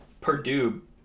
Purdue